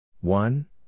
One